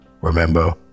Remember